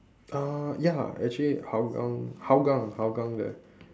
uh ya actually hougang hougang hougang there